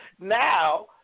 Now